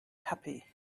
happy